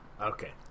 okay